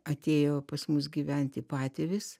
atėjo pas mus gyventi patėvis